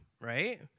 right